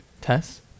tess